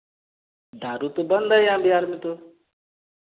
दारू तो बंद है यहाँ बिहार में तो